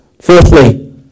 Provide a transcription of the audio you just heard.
Fourthly